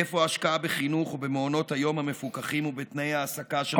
איפה ההשקעה בחינוך ובמעונות היום המפוקחים ובתנאי ההעסקה של המחנכות?